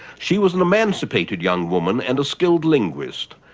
she was an emancipated young woman and a skilled linguist.